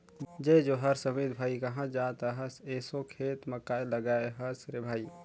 जय जोहार समीत भाई, काँहा जात अहस एसो खेत म काय लगाय हस रे भई?